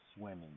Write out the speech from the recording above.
swimming